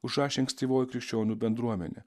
užrašė ankstyvoji krikščionių bendruomenė